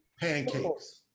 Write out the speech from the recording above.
pancakes